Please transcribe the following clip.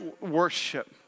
worship